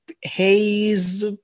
haze